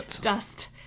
dust